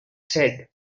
said